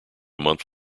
month